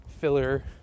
filler